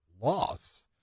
loss